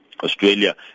Australia